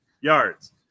yards